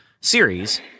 series